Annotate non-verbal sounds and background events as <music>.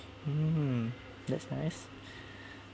mm that's nice <breath>